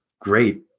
great